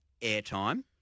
airtime